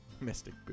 Mystic